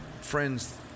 friends